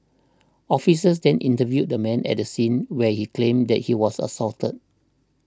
officers then interviewed the man at the scene where he claimed that he was assaulted